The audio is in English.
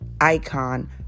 icon